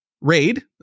raid